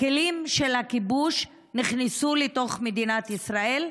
הכלים של הכיבוש נכנסו לתוך מדינת ישראל,